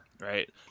Right